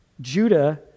Judah